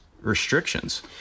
Restrictions